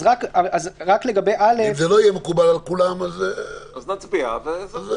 אם זה לא יהיה מקובל על כולם אז --- אז נצביע וזהו.